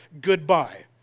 goodbye